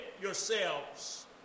yourselves